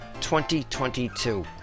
2022